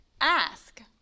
ask